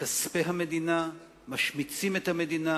בכספי המדינה משמיצים את המדינה,